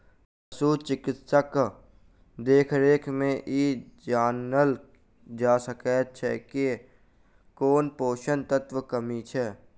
पशु चिकित्सकक देखरेख मे ई जानल जा सकैत छै जे कोन पोषण तत्वक कमी छै